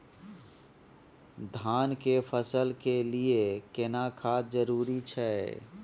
धान के फसल के लिये केना खाद जरूरी छै?